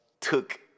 took